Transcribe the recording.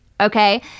Okay